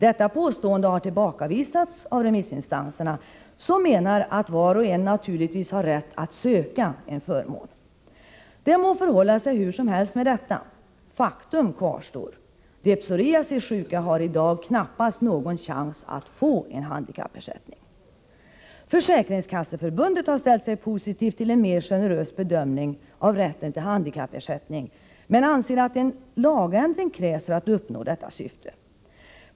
Detta påstående har tillbakavisats av remissinstanserna, som menar att var och en naturligtvis har rätt att söka en förmån. Det må förhålla sig hur som helst med detta. Faktum kvarstår: De psoriasissjuka har i dag knappast någon chans att få handikappersättning. Försäkringskasseförbundet har ställt sig positivt till en mer generös bedömning av rätten till handikappersättning men anser att en lagändring krävs för att uppnå detta syfte.